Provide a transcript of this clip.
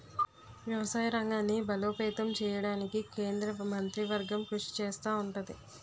వ్యవసాయ రంగాన్ని బలోపేతం చేయడానికి కేంద్ర మంత్రివర్గం కృషి చేస్తా ఉంటది